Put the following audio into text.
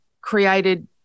created